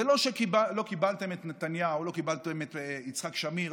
זה לא שלא קיבלתם את נתניהו או לא קיבלתם את יצחק שמיר,